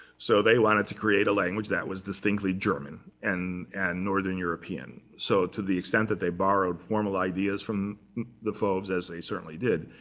so they wanted to create a language that was distinctly german and and northern european. so to the extent that they borrowed formal ideas from the fauves, as they certainly did,